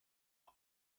are